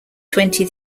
twenty